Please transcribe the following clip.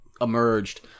emerged